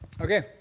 Okay